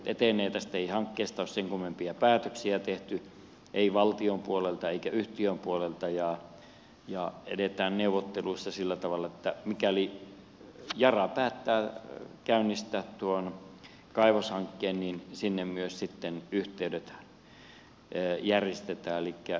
tästä hankkeesta ei ole sen kummempia päätöksiä tehty ei valtion puolelta eikä yhtiön puolelta ja edetään neuvotteluissa sillä tavalla että mikäli yara päättää käynnistää tuon kaivoshankkeen niin sinne myös sitten yhteydet järjestetään